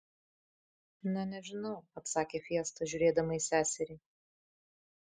na nežinau atsakė fiesta žiūrėdama į seserį